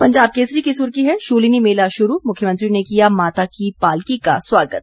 पंजाब केसरी की सुर्खी है शूलिनी मेला शुरू मुख्यमंत्री ने किया माता की पालकी का स्वागत